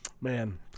Man